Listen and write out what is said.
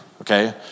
okay